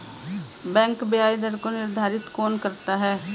Bank ब्याज दर को निर्धारित कौन करता है?